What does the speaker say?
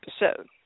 episode